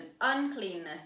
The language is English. uncleanness